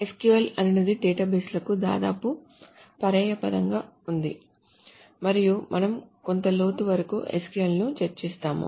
SQL అనునది డేటాబేస్లకు దాదాపు పర్యాయపదంగా ఉంది మరియు మనం కొంత లోతు వరకు SQL ను చర్చిస్తాము